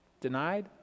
denied